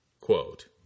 Quote